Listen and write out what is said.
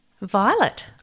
Violet